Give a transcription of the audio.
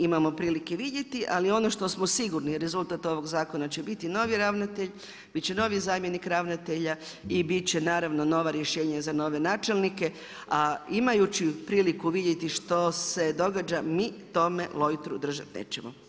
imamo prilike vidjeti, ali ono što smo sigurni, rezultat ovog zakona će biti novi ravnatelj, bit će novi zamjenik ravnatelj i bit će naravno, nova rješenja za nove načelnike, a imaju priliku vidjeti što se događa, mi tome lojtru držati nećemo.